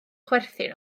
chwerthin